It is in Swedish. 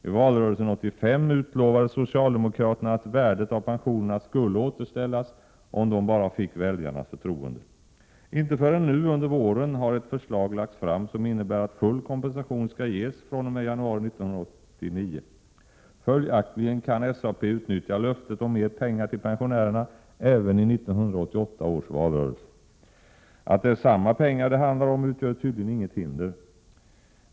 I valrörelsen 1985 utlovade socialdemokraterna att värdet av pensionerna skulle återställas om de bara fick väljarnas förtroende. Inte förrän nu under våren har ett förslag lagts fram som innebär att full kompensation skall ges fr.o.m. januari 1989. Följaktligen kan SAP utnyttja löftet om mer pengar till pensionärerna även i 1988 års valrörelse. Att det är samma pengar det handlar om utgör tydligen inget hinder.